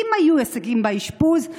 אם היו הישגים באשפוז,